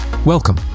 welcome